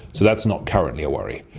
so that's not currently a worry.